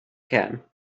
can